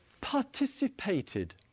participated